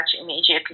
immediately